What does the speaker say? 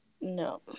no